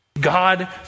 God